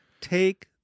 Take